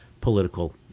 political